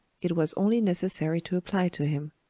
it was only necessary to apply to him.